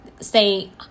stay